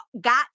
got